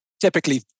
Typically